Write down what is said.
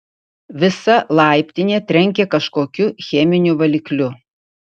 visa laiptinė trenkė kažkokiu cheminiu valikliu